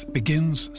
begins